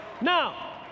Now